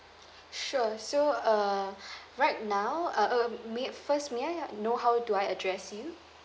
sure so uh right now uh uh may I first may I know how do I address you